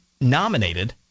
nominated